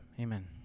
Amen